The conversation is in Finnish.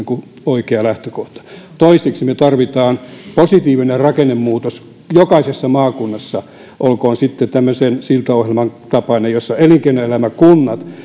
oikea lähtökohta toiseksi me tarvitsemme positiivista rakennemuutosta jokaisessa maakunnassa olkoon sitten tämmöisen siltaohjelman tapainen jossa elinkeinoelämä kunnat